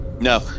No